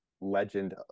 legend